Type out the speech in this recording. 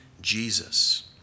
Jesus